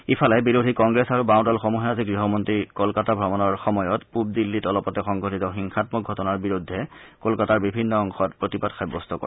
ইফালে বিৰোধী কংগ্ৰেছ আৰু বাওদলসমূহে আজি গৃহমন্নী কলকাতা ভ্ৰমণৰ সময়ত পূব দিল্লীত অলপতে সংঘটিত হিংসাম্মক ঘটনাৰ বিৰুদ্ধে কলকাতাৰ বিভিন্ন অংশ প্ৰতিবাদ সাব্যস্ত কৰে